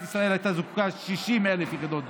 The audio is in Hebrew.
ישראל הייתה זקוקה ל-60,000 יחידות דיור.